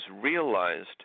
realized